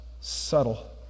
subtle